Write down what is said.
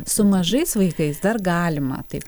su mažais vaikais dar galima taip